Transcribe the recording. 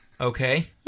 Okay